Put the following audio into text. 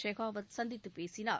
ஷெகாவத் சந்தித்துப் பேசினார்